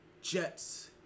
Jets